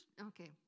okay